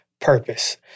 purpose